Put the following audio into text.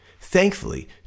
Thankfully